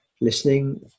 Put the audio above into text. listening